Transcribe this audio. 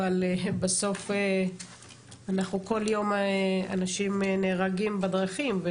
אבל בסוף כל יום אנשים נהרגים בדרכים.